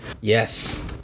Yes